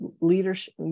Leadership